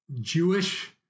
Jewish